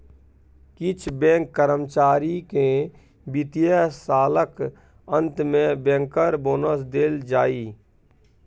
किछ बैंक कर्मचारी केँ बित्तीय सालक अंत मे बैंकर बोनस देल जाइ